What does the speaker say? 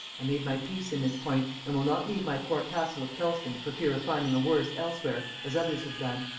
i made my peace in this point, and will not leave my poor castle of kelston, for fear of finding a worse elsewhere, as others have done.